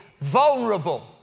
vulnerable